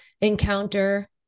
encounter